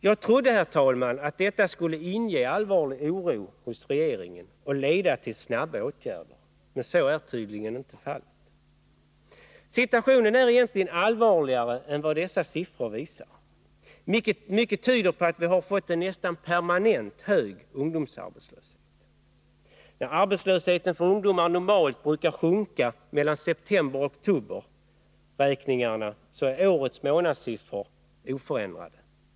Jag trodde, fru talman, att detta skulle inge allvarlig oro hos regeringen och snabbt leda till åtgärder. Men så är tydligen inte fallet. Men situationen är egentligen allvarligare än vad dessa siffror visar. Nr 27 Mycket tyder på att vi har fått en nästan permanent mycket hög ungdomsarbetslöshet. Medan arbetslösheten för ungdomar normalt brukar sjunka mellan septemberoch oktoberräkningarna så är årets månadssiffror oförändrade.